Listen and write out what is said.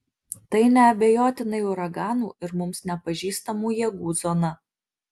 tai neabejotinai uraganų ir mums nepažįstamų jėgų zona